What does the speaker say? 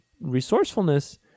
resourcefulness